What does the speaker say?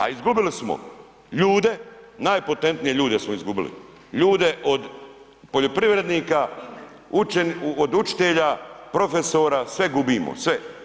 A izgubili smo ljude, najpotenije ljude smo izgubili, ljude od poljoprivrednika, od učitelja, profesora, sve gubimo, sve.